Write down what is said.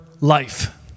life